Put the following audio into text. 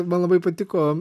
man labai patiko